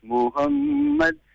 Muhammad